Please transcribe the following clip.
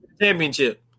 championship